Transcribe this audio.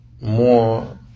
more